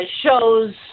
shows